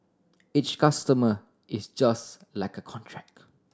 each customer is just like a contract